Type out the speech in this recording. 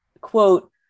quote